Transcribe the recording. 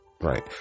Right